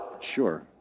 Sure